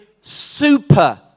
super